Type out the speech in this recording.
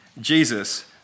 Jesus